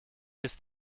ist